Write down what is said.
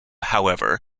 however